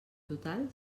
total